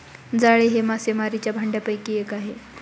जाळे हे मासेमारीच्या भांडयापैकी एक आहे